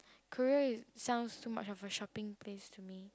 Korea is sounds too much of a shopping place to me